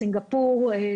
סינגפור,